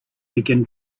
begin